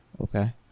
Okay